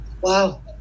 Wow